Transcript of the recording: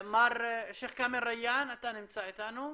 מר שייח' כאמל ריאן, אתה נמצא איתנו?